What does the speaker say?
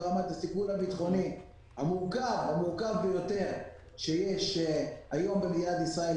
בגלל הסיכון הביטחוני המורכב ביותר שיש היום במדינת ישראל,